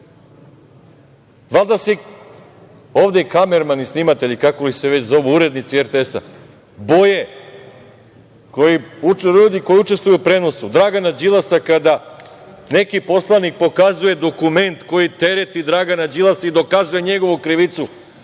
Valjda se kamermani, snimatelji, kako li se već zovu, urednici RTS boje, ljudi koji učestvuju u prenosu Dragana Đilasa kada neki poslanik pokazuje dokument koji tereti Dragana Đilasa i dokazuje njegovu krivicu